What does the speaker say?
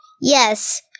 Yes